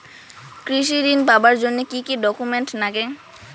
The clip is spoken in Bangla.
কৃষি ঋণ পাবার জন্যে কি কি ডকুমেন্ট নাগে?